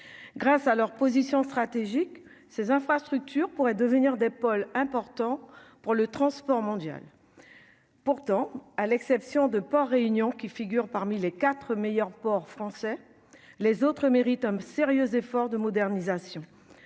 grâce à leur position stratégique ses infrastructures pourraient devenir des pôles importants pour le transport mondial, pourtant, à l'exception de Port réunion qui figure parmi les 4 meilleurs ports français, les autres mérite homme sérieux effort de modernisation,